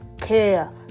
care